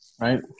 right